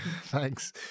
Thanks